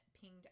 pinged